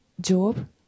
job